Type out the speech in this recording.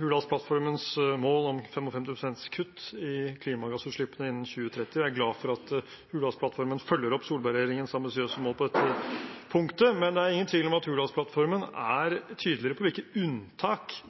Hurdalsplattformens mål om 55 pst. kutt i klimagassutslippene innen 2030, og jeg er glad for at Hurdalsplattformen følger opp Solberg-regjeringens ambisiøse mål på dette punktet. Men det er ingen tvil om at Hurdalsplattformen er tydeligere på hvilke unntak